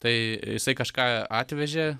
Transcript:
tai jisai kažką atvežė